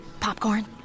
Popcorn